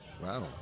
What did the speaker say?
Wow